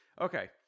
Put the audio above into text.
okay